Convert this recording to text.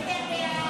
התשפ"ג 2023,